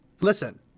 Listen